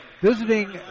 visiting